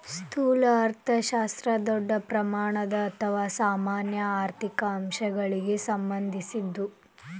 ಸ್ಥೂಲ ಅರ್ಥಶಾಸ್ತ್ರ ದೊಡ್ಡ ಪ್ರಮಾಣದ ಅಥವಾ ಸಾಮಾನ್ಯ ಆರ್ಥಿಕ ಅಂಶಗಳಿಗ ಸಂಬಂಧಿಸಿದ್ದು